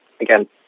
again